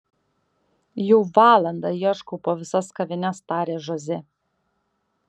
jau valandą ieškau po visas kavines tarė žozė